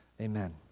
amen